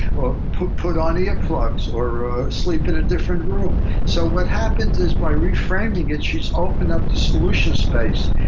or put put on earplugs, or or sleep in a different room so what happens is by reframing it, she's opened up the solution space,